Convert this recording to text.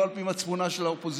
לא על פי מצפונה של האופוזיציה,